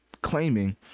claiming